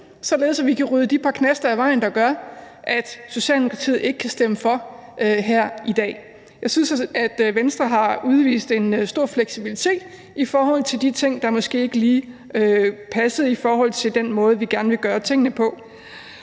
at vi kan rydde de par knaster af vejen, der gør, at Socialdemokratiet ikke kan stemme for det her i dag. Jeg synes, at Venstre har udvist en stor fleksibilitet i forhold til de ting, der måske ikke lige passede i forhold til den måde, vi gerne vil gøre tingene på.